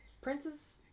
princes